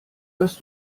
dass